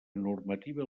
normativa